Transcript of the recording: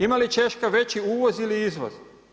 Ima li Češka veći uvoz ili izvoz?